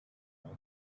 monk